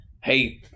hey